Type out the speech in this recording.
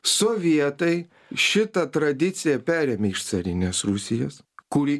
sovietai šitą tradiciją perėmė iš carinės rusijos kuri